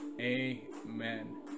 Amen